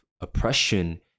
oppression